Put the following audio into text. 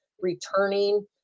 returning